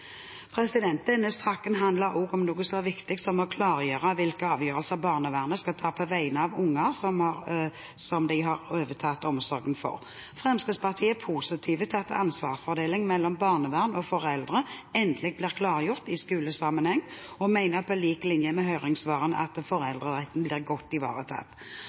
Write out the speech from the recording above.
lærerne. Denne saken handler også om noe så viktig som å klargjøre hvilke avgjørelser barnevernet kan ta på vegne av unger som de har overtatt omsorgen for. Fremskrittspartiet er positiv til at ansvarsfordelingen mellom barnevern og foreldre endelig blir klargjort i skolesammenheng, og mener på lik linje med det som kom fram i høringssvarene, at foreldreretten blir godt ivaretatt.